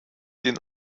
den